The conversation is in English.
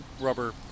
rubber